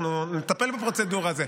אנחנו נטפל בפרוצדורה הזאת.